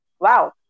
wow